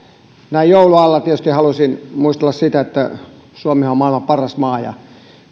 näin joulun alla tietysti haluaisin muistella sitä että suomihan on maailman paras maa ja